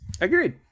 agreed